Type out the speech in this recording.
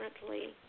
differently